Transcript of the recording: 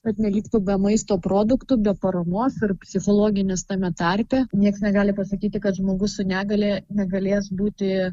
kad neliktų be maisto produktų be paramos ir psichologinės tame tarpe nieks negali pasakyti kad žmogus su negalia negalės būti